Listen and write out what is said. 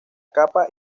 capa